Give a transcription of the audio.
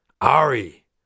Ari